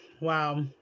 Wow